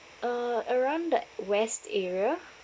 uh around the west area